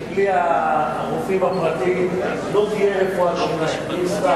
גם הוא מבין שבלי הרופאים הפרטיים לא תהיה רפואת שיניים.